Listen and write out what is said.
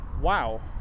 Wow